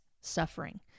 suffering